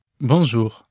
Bonjour